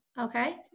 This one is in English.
Okay